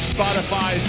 Spotify